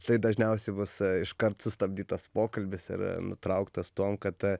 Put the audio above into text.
tai dažniausiai bus iškart sustabdytas pokalbis ir nutrauktas tuom kad